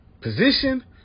position